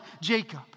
Jacob